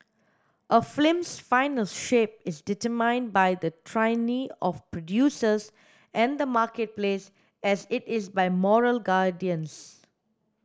a film's final shape is determined by the tyranny of producers and the marketplace as it is by moral guardians